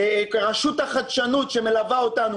לרשות החדשנות שמלווה אותנו,